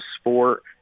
sport